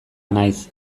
naiz